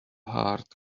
heart